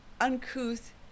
uncouth